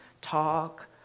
talk